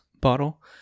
bottle